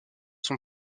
sont